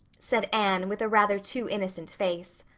said anne with a rather too innocent face.